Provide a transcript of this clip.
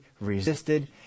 resisted